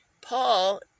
Paul